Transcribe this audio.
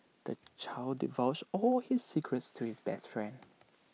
the child divulged all his secrets to his best friend